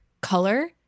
color